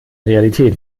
realität